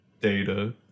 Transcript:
data